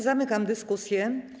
Zamykam dyskusję.